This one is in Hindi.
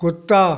कुत्ता